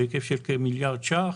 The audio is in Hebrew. בהיקף של כמיליארד שקלים,